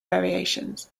variations